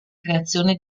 creazione